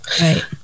right